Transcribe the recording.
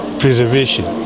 preservation